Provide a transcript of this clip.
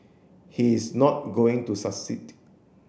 he is not going to succeed